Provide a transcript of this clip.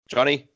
Johnny